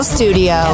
Studio